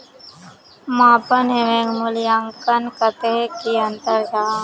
मापन एवं मूल्यांकन कतेक की अंतर जाहा?